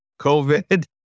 COVID